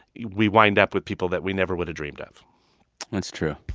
we wind up with people that we never would've dreamed of that's true.